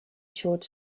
short